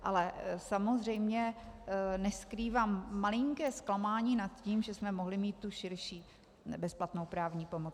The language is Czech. Ale samozřejmě neskrývám malinké zklamání nad tím, že jsme mohli mít tu širší bezplatnou právní pomoc.